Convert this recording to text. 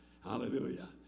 Hallelujah